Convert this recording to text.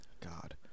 God